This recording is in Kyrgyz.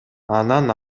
анан